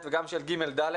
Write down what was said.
גם לגבי א'-ב' וגם לגבי ג'-ד',